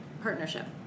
Partnership